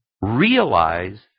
realize